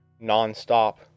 non-stop